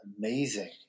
Amazing